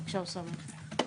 בבקשה, אוסאמה.